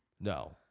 No